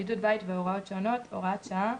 (בידוד בית והוראות שונות) (הוראת שעה)